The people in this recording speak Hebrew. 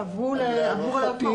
שהיו לרפורמה.